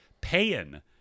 paying